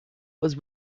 was